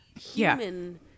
human